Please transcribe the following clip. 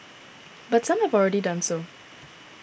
but some have already done so